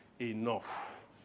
enough